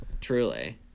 Truly